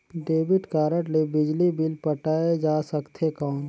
Debit card ले बिजली bill पटाय जा सकथे कौन?